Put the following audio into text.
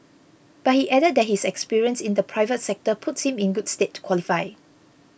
but he added that his experience in the private sector puts him in good state qualifying